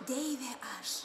deivė aš